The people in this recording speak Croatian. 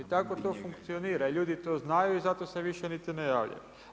I tako to funkcionira i ljudi to znaju i zato se više niti ne javljaju.